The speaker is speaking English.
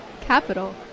Capital